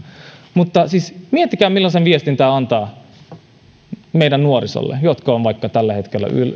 mutta siis miettikää millaisen viestin tämä antaa meidän nuorille jotka käyvät tällä hetkellä